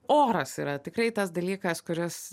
oras yra tikrai tas dalykas kuris